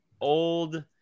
old